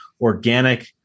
organic